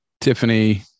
Tiffany